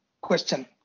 question